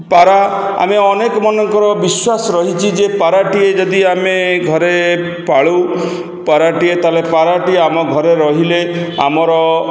ପାରା ଆମେ ଅନେକମାନଙ୍କର ବିଶ୍ୱାସ ରହିଛି ଯେ ପାରାଟିଏ ଯଦି ଆମେ ଘରେ ପାଳୁ ପାରାଟିଏ ତା'ହେଲେ ପାରାଟିଏ ଆମ ଘରେ ରହିଲେ ଆମର